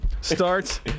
starts